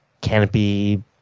canopy